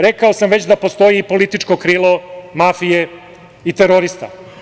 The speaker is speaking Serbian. Rekao sam već da postoji političko krilo mafije i terorista.